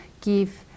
give